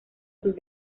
sus